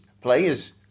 players